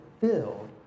filled